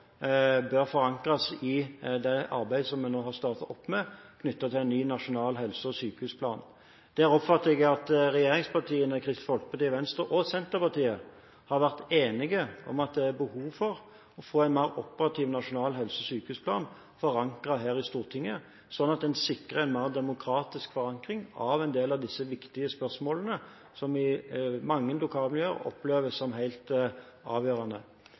bør forankres i det arbeidet som vi nå har startet opp knyttet til ny nasjonal helse- og sykehusplan. Der oppfatter jeg at regjeringspartiene, Kristelig Folkeparti og Venstre – og Senterpartiet – har vært enige om at det er behov for å få en mer operativ nasjonal helse- og sykehusplan, forankret her i Stortinget, slik at en sikrer en mer demokratisk forankring av en del av disse viktige spørsmålene som i mange lokalmiljø oppleves som helt avgjørende.